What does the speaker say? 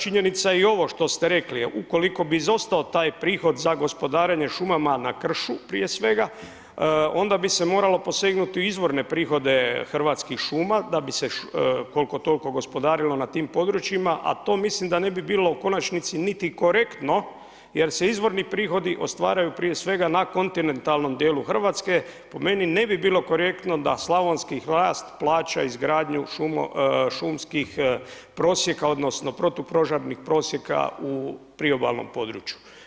Činjenica je i ovo što ste rekli, ukoliko bi izostao taj prihod za gospodarenje šumama na kršu, prije svega, onda bi se moralo posegnuti u izvorne prihode Hrvatskih šuma, da bi se koliko-toliko gospodarilo na tim područjima, a to mislim da ne bi bilo u konačnici niti korektno jer se izvorni prihodi ostvaruju prije svega na kontinentalnom dijelu RH, po meni ne bi bilo korektno da slavonski hrast plaća izgradnju šumskih prosjeka, odnosno protupožarnih prosjeka u priobalnom području.